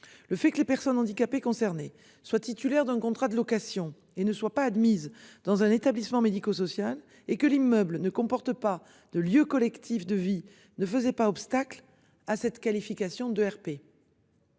Le fait que les personnes handicapées concernés soient titulaires d'un contrat de location et ne soit pas admise dans un établissement médico-social et que l'immeuble ne comporte pas de lieux collectifs de vie ne faisait pas obstacle à cette qualification de RP.